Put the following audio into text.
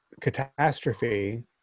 catastrophe